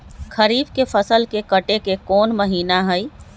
खरीफ के फसल के कटे के कोंन महिना हई?